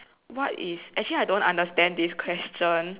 what is actually I don't understand this question